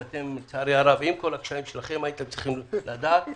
ועם כל הקשיים שלכם הייתם צריכים לדעת